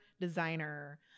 designer